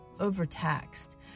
overtaxed